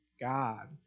God